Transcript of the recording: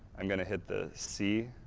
i'm going to hit the c,